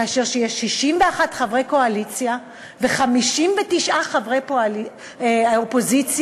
כאשר יש 61 חברי קואליציה ו-59 חברי אופוזיציה,